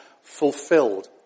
fulfilled